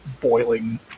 boiling